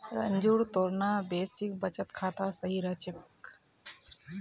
रंजूर तोर ना बेसिक बचत खाता सही रह तोक